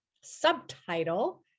subtitle